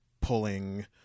pulling